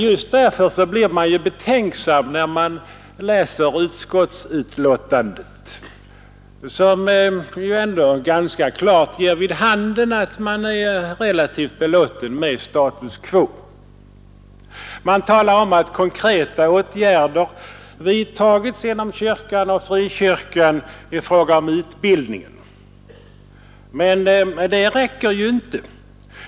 Just därför blir man betänksam när man läser betänkandet, som ganska klart ger vid handen att utskottsmajoriteten är relativt belåten med status quo. Man talar om att konkreta åtgärder vidtagits genom kyrkan och frikyrkan i fråga om utbildningen. Men det räcker inte.